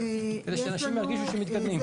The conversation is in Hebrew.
--- כדי שאנשים ירגישו שמתקדמים.